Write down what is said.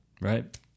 right